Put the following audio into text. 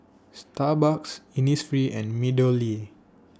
Starbucks Innisfree and Meadowlea